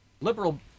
Liberal